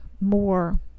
more